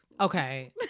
Okay